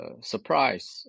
surprise